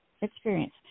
experience